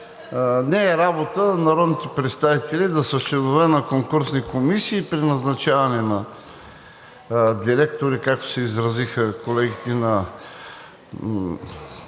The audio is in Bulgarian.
не е работа на народните представители да са членове на конкурсни комисии при назначаване на директори, както се изразиха колегите, на